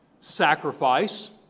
sacrifice